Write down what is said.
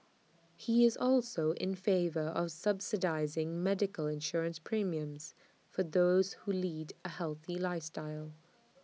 he is also in favour of subsidising medical insurance premiums for those who lead A healthy lifestyle